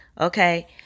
Okay